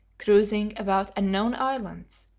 cruising about unknown islands,